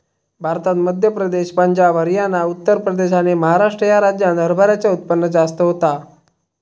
भारतात मध्य प्रदेश, पंजाब, हरयाना, उत्तर प्रदेश आणि महाराष्ट्र ह्या राज्यांत हरभऱ्याचा उत्पन्न जास्त होता